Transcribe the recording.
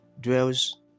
dwells